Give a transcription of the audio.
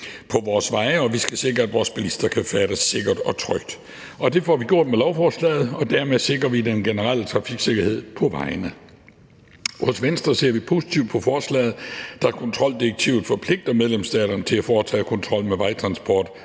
på vores veje, og vi skal sikre, at vores bilister kan færdes sikkert og trygt. Det får vi gjort med lovforslaget, og dermed sikrer vi den generelle trafiksikkerhed på vejene. I Venstre ser vi positivt på forslaget, da kontroldirektivet forpligter medlemsstaterne til at foretage kontrol med vejtransport